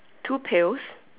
two pails